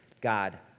God